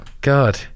god